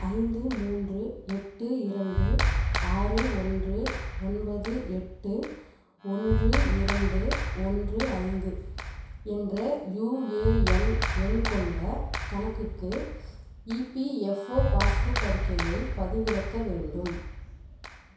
ஐந்து மூன்று எட்டு இரண்டு ஆறு ஒன்று ஒன்பது எட்டு ஒன்று இரண்டு ஒன்று ஐந்து என்ற யுஏஎன் எண் கொண்ட கணக்குக்கு இபிஎஃப்ஓ பாஸ் புக் அறிக்கையை பதிவிறக்க வேண்டும்